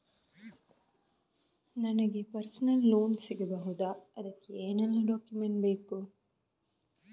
ನನಗೆ personal loan ಸಿಗಬಹುದ ಅದಕ್ಕೆ ಏನೆಲ್ಲ ಡಾಕ್ಯುಮೆಂಟ್ ಬೇಕು?